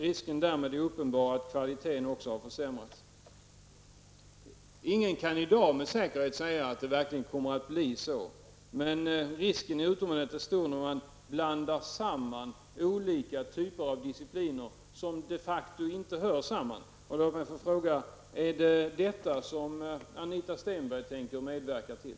Risken är därmed uppenbar att kvaliteten också försämras. Ingen kan i dag med säkerhet säga att det verkligen kommer att bli så, men risken är utomordentligt stor när man blandar samman olika typer av discipliner som de facto inte hör samman. Låt mig få fråga: Är det detta Anita Stenberg tänker medverka till?